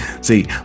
See